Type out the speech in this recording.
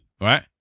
Right